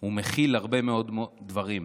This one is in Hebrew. הוא מכיל הרבה מאוד דברים.